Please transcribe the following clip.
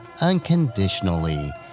unconditionally